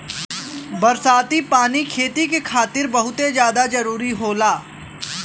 बरसाती पानी खेती के खातिर बहुते जादा जरूरी होला